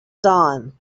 dawn